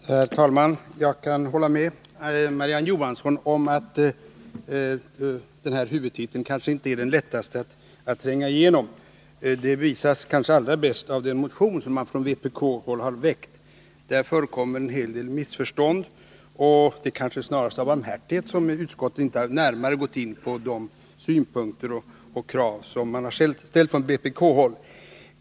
Herr talman! Jag kan hålla med Marie-Ann Johansson om att första huvudtiteln inte är den lättaste att tränga igenom. Det visas kanske allra bäst av den motion som har väckts från vpk-håll. Där förekommer en hel del missförstånd, och det är snarast av barmhärtighet som utskottet har avstått från att närmare gå in på de synpunkter och krav som framförts i motionen.